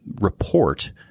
report